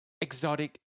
Exotic